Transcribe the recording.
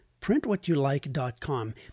Printwhatyoulike.com